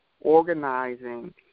organizing